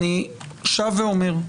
אני שב ואומר,